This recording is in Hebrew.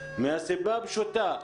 מסיבה פשוטה,